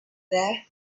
there